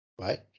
Right